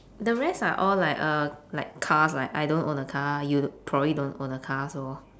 the rest are all like uh like cars like I don't own a car you probably don't own a car so